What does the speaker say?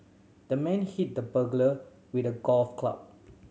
the man hit the burglar with a golf club